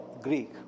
Greek